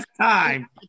time